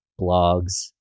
blogs